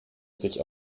sich